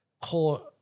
core